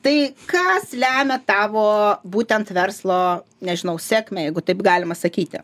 tai kas lemia tavo būtent verslo nežinau sėkmę jeigu taip galima sakyti